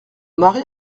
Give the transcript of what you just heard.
mari